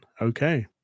Okay